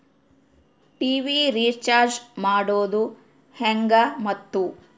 TV recharge ಮಾಡೋದು ಹೆಂಗ ಮತ್ತು?